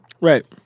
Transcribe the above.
Right